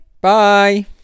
bye